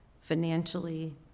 financially